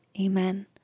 Amen